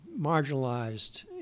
marginalized